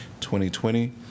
2020